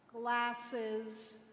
glasses